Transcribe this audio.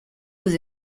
was